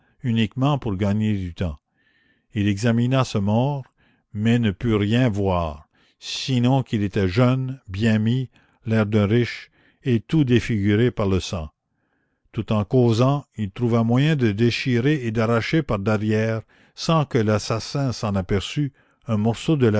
uniquement pour gagner du temps il examina ce mort mais il ne put rien voir sinon qu'il était jeune bien mis l'air d'un riche et tout défiguré par le sang tout en causant il trouva moyen de déchirer et d'arracher par derrière sans que l'assassin s'en aperçût un morceau de